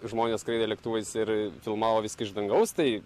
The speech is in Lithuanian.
žmonės skraidė lėktuvais ir filmavo viską iš dangaus tai